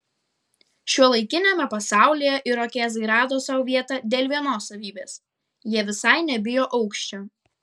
šiuolaikiniame pasaulyje irokėzai rado sau vietą dėl vienos savybės jie visai nebijo aukščio